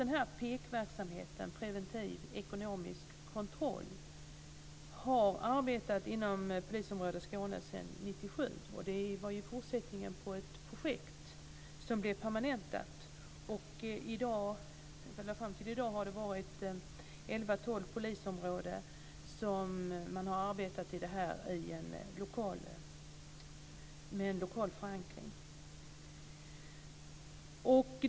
Den här PEK-verksamheten, preventiv ekonomisk kontroll, har arbetat inom polisområdet i Skåne sedan 1997. Den är ju en fortsättning på ett projekt som blev permanentat. Fram till i dag har elva tolv polisområden med lokal förankring arbetat med detta.